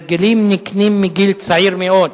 הרגלים נקנים מגיל צעיר מאוד,